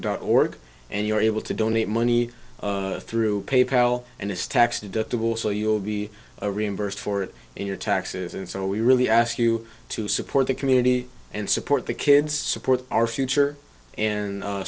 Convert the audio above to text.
dot org and you are able to donate money through pay pal and it's tax deductible so you'll be reimbursed for it in your taxes and so we really ask you to support the community and support the kids support our future and